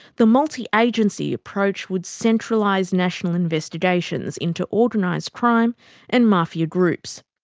the multi-agency approach would centralise national investigations into organised crime and mafia groups.